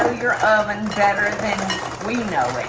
your oven better than we know it.